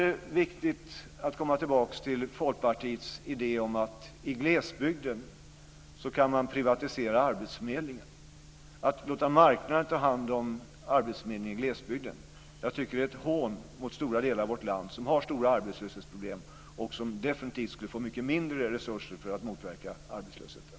Det är viktigt att komma tillbaka till Folkpartiets idé om att man i glesbygden kan privatisera arbetsförmedlingen och låta marknaden ta hand om arbetsförmedlingen där. Det tycker jag är ett hån mot stora delar av vårt land som har stora arbetslöshetsproblem och som definitivt skulle få mycket mindre resurser för att motverka arbetslösheten.